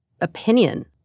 opinion